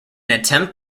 attempt